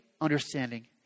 understanding